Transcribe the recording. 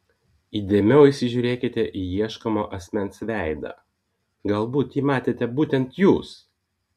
įdėmiau įsižiūrėkite į ieškomo asmens veidą galbūt jį matėte būtent jūs